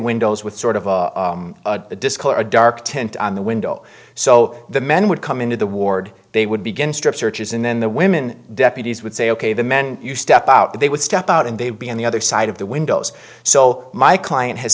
windows with sort of a disk or a dark tent on the window so the men would come into the ward they would begin strip searches and then the women deputies would say ok the men you step out they would step out and they would be on the other side of the windows so my client has